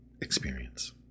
experience